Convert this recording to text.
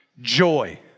joy